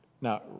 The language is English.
Now